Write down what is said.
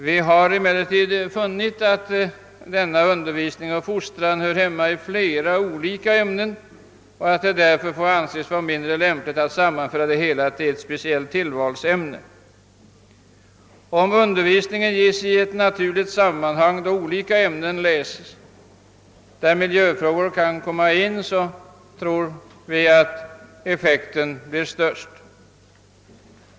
Vi har emellertid funnit att denna undervisning och fostran hör hemma i flera olika ämnen och att det därför är mindre lämpligt att göra detta till ett speciellt tillvalsämne. Om undervisningen ges i ett naturligt sammanhang, då olika ämnen läses, där miljöfrågor kan komma in, tror vi att effekten blir störst.